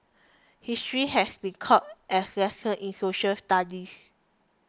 history has been taught as 'lessons' in social studies